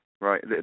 Right